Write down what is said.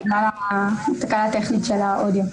המשמעות של העלייה בתחלואה,